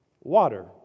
Water